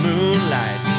Moonlight